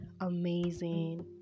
amazing